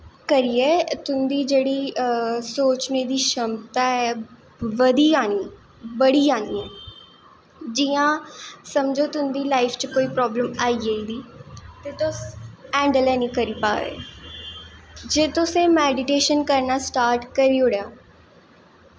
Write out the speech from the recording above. करियै तुं'दी जेह्ड़ी सोचने दी क्षमता ऐ बधी जानी बढ़ी जांदी जि'यां समझो तुं'दी लाइफ च कोई प्रॉब्लम आई गेदी ते तुस हैंडल ऐनी करी पा दे जे तुसें मेडिटेशन करना स्टार्ट करी ओड़ेआ